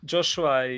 Joshua